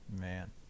Man